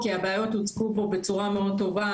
כי הבעיות הוצגו פה בצורה מאוד טובה,